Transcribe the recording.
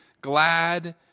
glad